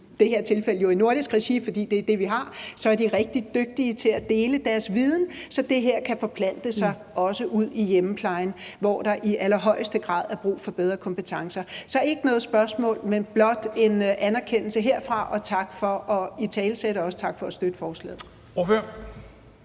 det her tilfælde jo i nordisk regi, fordi det er det, vi har, er rigtig dygtige til at dele deres viden, så det her kan forplante sig også ude i hjemmeplejen, hvor der i allerhøjeste grad er brug for bedre kompetencer. Så det er ikke noget spørgsmål, men blot en anerkendelse herfra. Tak for at italesætte det, og også tak for at støtte forslaget.